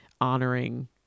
honoring